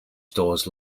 stores